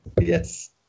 Yes